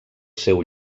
seu